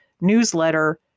newsletter